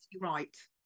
right